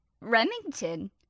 Remington